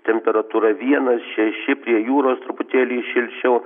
temperatūra vienas šeši prie jūros truputėlį šilčiau